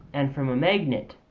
and from a magnet.